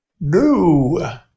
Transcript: No